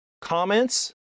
comments